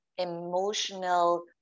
emotional